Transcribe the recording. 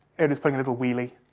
it is, putting a little wheelie.